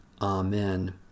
Amen